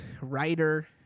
writer